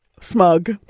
smug